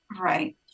Right